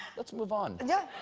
let's move on. but yeah